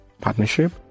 partnership